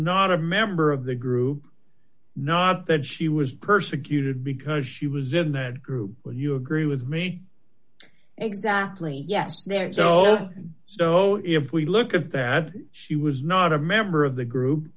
not a member of the group not that she was persecuted because she was in that group will you agree with me exactly yes there is and so if we look at that she was not a member of the group